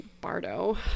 Bardo